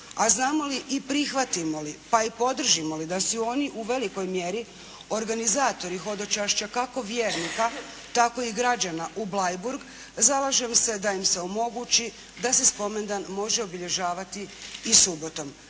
a znamo li i prihvatimo li, pa i podržimo li da su oni u velikoj mjeri organizatori hodočašća kako vjernika tako i građana u Bleiburg zalažem se da im se omogući da se spomendan može obilježavati i subotom.